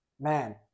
man